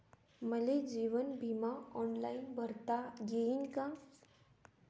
मले जीवन बिमा ऑनलाईन भरता येईन का?